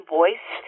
voice